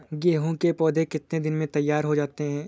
गेहूँ के पौधे कितने दिन में तैयार हो जाते हैं?